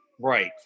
Right